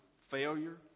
failure